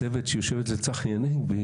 הצוות ש --- צחי הנגבי,